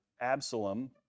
Absalom